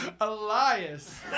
Elias